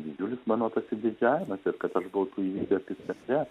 didžiulis mano pasididžiavimas ir kad aš buvau tų įvykių epicentre